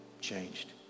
changed